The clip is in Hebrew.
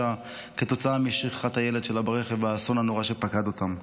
כתוצאה משכחת הילד שלה ברכב והאסון הנורא שפקד אותם.